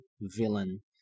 villain